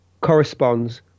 corresponds